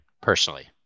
personally